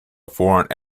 foreign